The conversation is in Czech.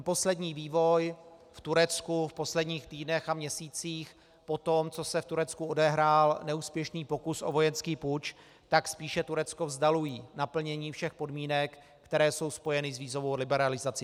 Poslední vývoj v Turecku v posledních týdnech a měsících potom, co se v Turecku odehrál neúspěšný pokus o vojenský puč, spíše Turecko vzdaluje od naplnění všech podmínek, které jsou spojené s vízovou liberalizací.